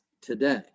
today